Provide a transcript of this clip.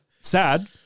sad